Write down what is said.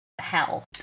hell